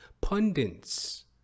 pundits